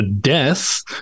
death